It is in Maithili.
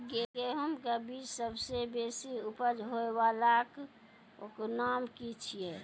गेहूँमक बीज सबसे बेसी उपज होय वालाक नाम की छियै?